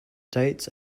dates